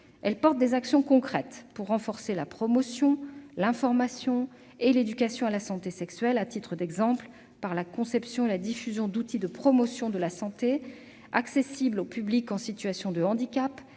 nombre d'actions concrètes pour renforcer la promotion, l'information et l'éducation à la santé sexuelle. Il s'agit, par exemple, de la conception et de la diffusion d'outils de promotion de la santé sexuelle accessibles aux publics en situation de handicap